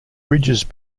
bridges